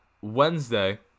Wednesday